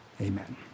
amen